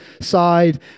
side